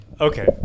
okay